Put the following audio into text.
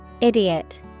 Idiot